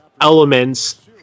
elements